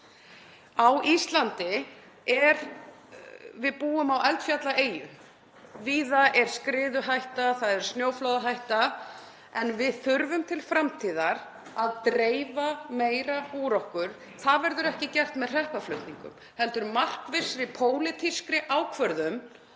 Við búum á eldfjallaeyju. Víða er skriðuhætta, það er snjóflóðahætta en við þurfum til framtíðar að dreifa meira úr okkur. Það verður ekki gert með hreppaflutningum heldur markvissri pólitískri ákvörðun